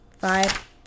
five